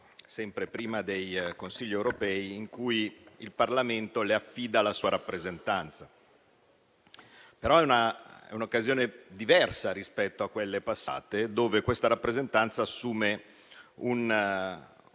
perché prima dei Consigli europei il Parlamento le affida la sua rappresentanza. Però è un'occasione diversa rispetto a quelle passate e questa rappresentanza assume una